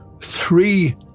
three